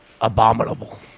Abominable